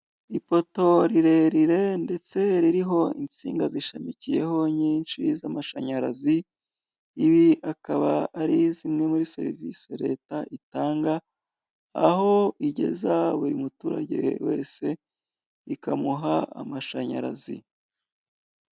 Ipoto rirerire ndetse ririho insinga zishamikiyeho nyinshi z'amashanyarazi; ibi akaba ari zimwe muri serivisi leta itanga, aho igeza buri muturage wese ikamuha amashanyarazi.